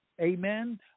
amen